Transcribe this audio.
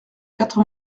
quatre